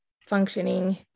functioning